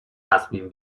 تصمیم